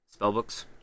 Spellbooks